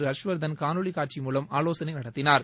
ஹர்ஷ்வர்தன் காணொளி காட்சி மூலம் ஆலோசனை நடத்தினார்